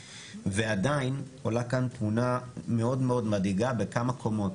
ועדיין עולה כאן תמונה מאוד מאד מדאיגה בכמה קומות.